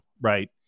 right